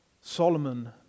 Solomon